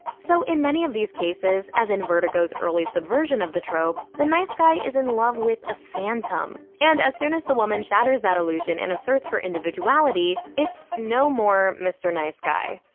so in many of these cases, as in vertigo's early subversion of the trope, the nice guy is in love with a phantom. and as soon as the woman shatters that illusion and asserts her individuality it's no more mr. nice guy.